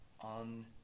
on